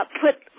Put